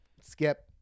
skip